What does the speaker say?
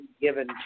given